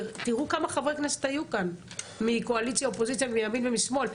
תראו כמה חברי כנסת היו כאן מקואליציה ואופוזיציה מימין ומשמאל,